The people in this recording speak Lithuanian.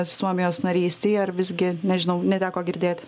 suomijos narystei ar visgi nežinau neteko girdėti